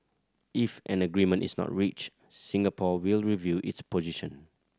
if an agreement is not reached Singapore will review its position